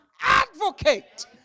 advocate